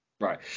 Right